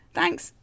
Thanks